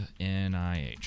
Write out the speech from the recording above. nih